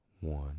one